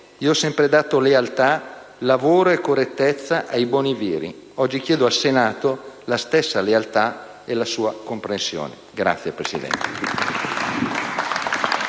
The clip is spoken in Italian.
Io ho sempre dato lealtà, lavoro e correttezza ai *boni viri*. Oggi chiedo al Senato la stessa lealtà e la sua comprensione. *(Applausi